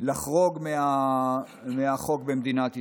לחרוג מהחוק במדינת ישראל.